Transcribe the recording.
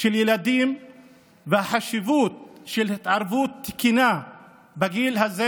של הילדים ועל החשיבות של התערבות תקינה בגיל הזה